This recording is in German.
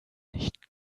nicht